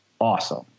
awesome